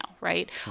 Right